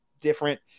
different